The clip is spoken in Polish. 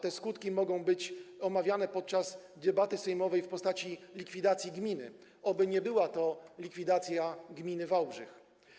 Te skutki mogą być omawiane podczas debaty sejmowej w postaci likwidacji gminy, oby nie była to likwidacja gminy Wałbrzych.